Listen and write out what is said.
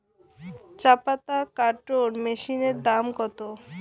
চাপাতা কাটর মেশিনের দাম কত?